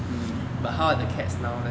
mm but how are the cats now leh